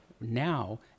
now